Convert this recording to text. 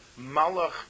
Malach